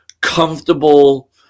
comfortable